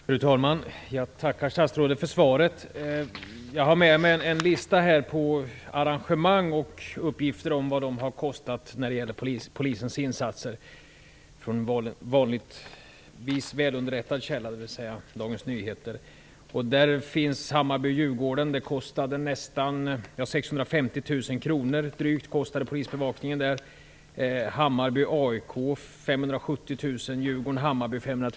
Fru talman! Jag tackar statsrådet för svaret. Jag har här en lista över arrangemang och uppgifter om vad polisens insatser har kostat. Listan är från en vanligtvis välunderrättad källa, dvs. Dagens Nyheter. Polisbevakningen vid matcherna Hammarby kr.